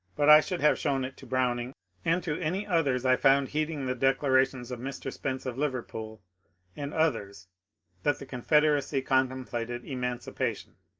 but i should have shown it to browning and to any others i found heeding the declarations of mr. spence of liverpool and others that the confederacy contemplated emancipation.